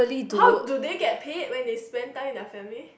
how do they get paid when they spend time with the family